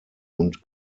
und